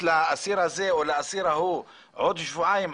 לאסיר זה או לאסיר ההוא עוד שבועיים,